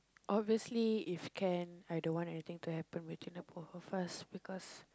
obviously if can I don't want anything to happen with her first